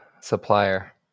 supplier